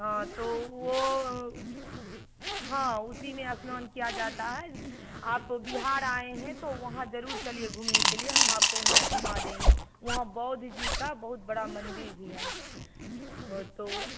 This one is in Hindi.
हाँ तो वह हाँ उसी में स्नान किया जाता है आप बिहार आएँ है तो वहाँ ज़रूर चलिए घूमने के लिए हम आपको वहाँ घूमा देंगे वहाँ बुद्ध जी का बहुत बड़ा मंदिर भी है तो